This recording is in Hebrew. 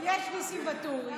יש ניסים ואטורי,